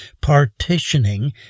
partitioning